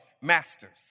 masters